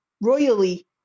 royally